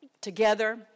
together